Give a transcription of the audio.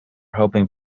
hoping